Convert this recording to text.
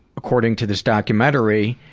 according to this documentary,